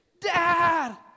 Dad